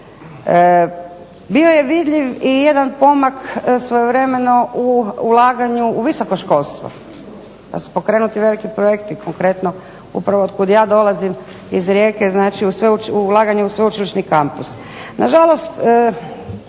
Bio je vidljiv i jedan pomak svojevremeno u ulaganju u visoko školstvo, pa su pokrenuti veliki projekti. Konkretno upravo od kuda ja dolazim iz Rijeke, znači ulaganje u sveučilišni kampus.